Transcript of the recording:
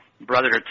brother